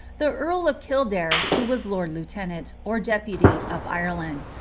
the earl of kildare, who was lord lieutenant, or deputy of ireland,